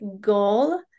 goal